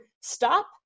stop